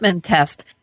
test